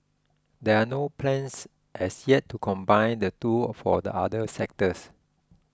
there are no plans as yet to combine the two for other sectors